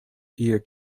ihr